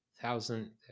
thousand